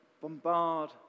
bombard